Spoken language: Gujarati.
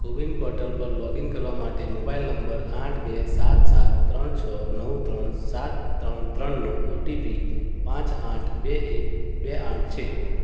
કોવિન પોર્ટલ પર લૉગિન કરવા માટે મોબાઈલ નંબર આઠ બે સાત સાત ત્રણ છ નવ ત્રણ સાત ત્રણ ત્રણનો ઓ ટી પી પાંચ આઠ બે એક બે આઠ છે